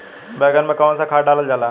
बैंगन में कवन सा खाद डालल जाला?